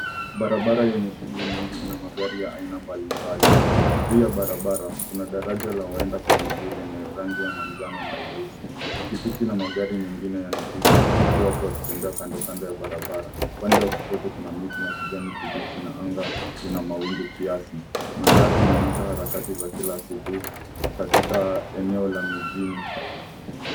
Barabara yenye shughuli nyingi ina magari aina mbalimbali. Juu ya barabara kuna daraja la waenda kwa miguu yenye rangi ya manjano na nyeusi. Pikipiki na magari mengine yanapita huku watu wakitembea kando kando ya barabara. Upande wa kushoto kuna miti ya kijani kibichi na anga ina mawingu kiasi. Mandhari inaonyesha harakati za kila siku katika eneo la mijini.